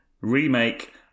remake